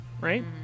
right